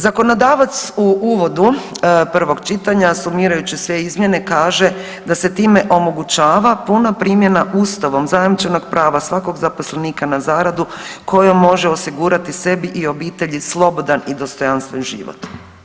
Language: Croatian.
Zakonodavac u uvodu prvog čitanja sumirajući sve izmjene kaže da se time omogućava puna primjena Ustavom zajamčenog prava svakog zaposlenika na zaradu kojom može osigurati sebi i obitelji slobodan i dostojanstven život.